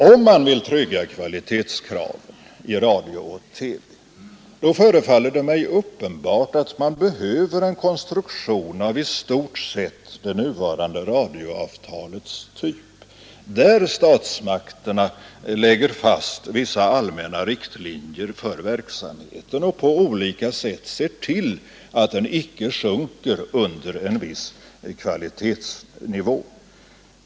Om man vill trygga kvaliteten i radio och TV behöver man — det förefaller mig uppenbart — en konstruktion av i stort sett det nuvarande radioavtalets typ, där statsmakterna lägger fast vissa allmänna riktlinjer för verksamheten och på olika sätt ser till att den inte sjunker under en viss kvalitetsnivå.